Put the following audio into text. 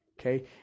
Okay